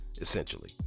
essentially